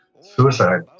suicide